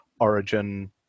origin